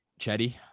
Chetty